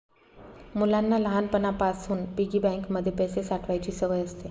मुलांना लहानपणापासून piggy bank मध्ये पैसे साठवायची सवय असते